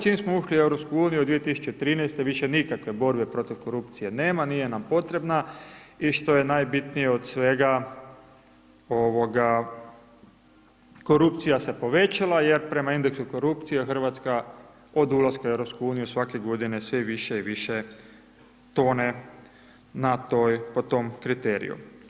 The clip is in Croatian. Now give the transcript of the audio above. Čim smo ušli u EU, 2013. više nikakve borbe protiv korupcije nema, nije nam potreba i što je najbitnije od svega korupcija se povećala, jer prema indeksu korupcije, Hrvatska od ulaska u EU, svake godine sve više i više tone po tom kriteriju.